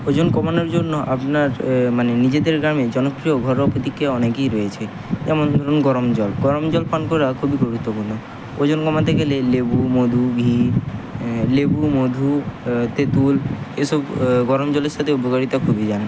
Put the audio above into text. ওজন কমানোর জন্য আপনার মানে নিজেদের গ্রামে জনপ্রিয় ঘরোয়া প্রতিক্রিয়া অনেকই রয়েছে যেমন ধরুন গরম জল গরম জল পান করা খুবই গুরুত্বপূর্ণ ওজন কমাতে গেলে লেবু মধু ঘি লেবু মধু তেঁতুল এসব গরম জলের সাথে উপকারিতা খুবই জানি